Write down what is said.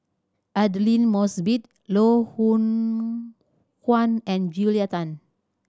Aidli Mosbit Loh Hoong Kwan and Julia Tan